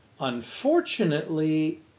Unfortunately